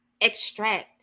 extract